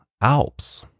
Alps